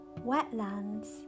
wetlands